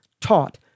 taught